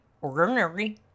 ordinary